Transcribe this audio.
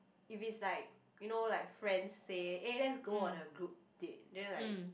if it's like you know like friends say eh let's go on a group date then like